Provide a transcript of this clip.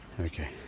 okay